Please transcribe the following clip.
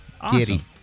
Awesome